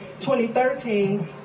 2013